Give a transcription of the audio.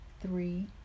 three